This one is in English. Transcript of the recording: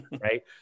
Right